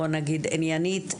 בואו נגיד עניינית,